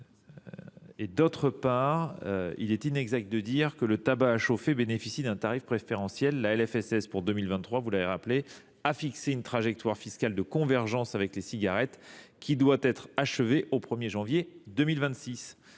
Ensuite, il est inexact de dire que le tabac à chauffer bénéficie d’un tarif préférentiel. La LFSS pour 2023, vous l’avez rappelé, a fixé une trajectoire fiscale de convergence avec les cigarettes, qui doit être achevée au 1 janvier 2026.